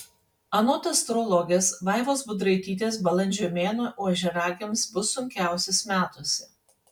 anot astrologės vaivos budraitytės balandžio mėnuo ožiaragiams bus sunkiausias metuose